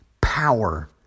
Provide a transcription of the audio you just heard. power